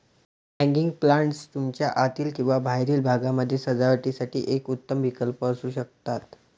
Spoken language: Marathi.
हँगिंग प्लांटर्स तुमच्या आतील किंवा बाहेरील भागामध्ये सजावटीसाठी एक उत्तम विकल्प असू शकतात